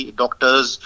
doctors